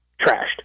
Trashed